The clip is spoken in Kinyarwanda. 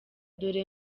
dore